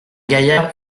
gaillard